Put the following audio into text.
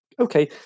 okay